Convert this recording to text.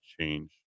change